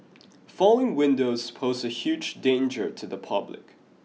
falling windows pose a huge danger to the public